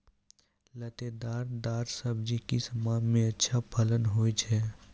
लतेदार दार सब्जी किस माह मे अच्छा फलन होय छै?